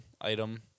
item